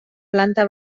planta